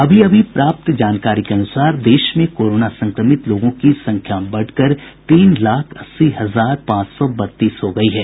अभी अभी प्राप्त जानकारी के अनुसार देश में कोरोना संक्रमित लोगों की संख्या बढ़कर तीन लाख अस्सी हजार पांच सौ बत्तीस हो गई है